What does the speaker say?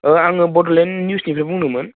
आङो बड'लेण्ड निउजनिफ्राय बुंदोंमोन